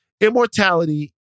Immortality